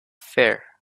fear